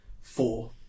four